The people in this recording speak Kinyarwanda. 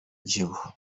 giroud